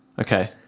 Okay